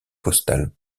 postale